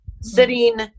Sitting